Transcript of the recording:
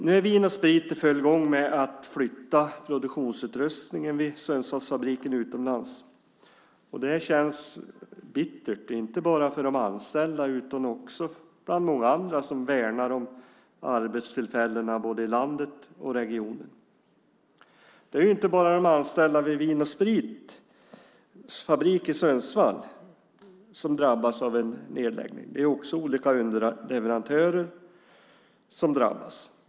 Nu är Vin & Sprit i full gång med att flytta produktionsutrustningen vid Sundsvallsfabriken utomlands. Det känns bittert, inte bara för de anställda utan också bland många andra som värnar om arbetstillfällena, både i landet och i regionen. Det är inte bara de anställda vid Vin & Sprits fabrik i Sundsvall som drabbas av en nedläggning. Det är också olika underleverantörer som drabbas.